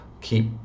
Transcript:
keep